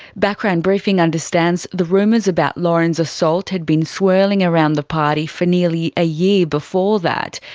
background briefing understands the rumours about lauren's assault had been swirling around the party for nearly a year before that,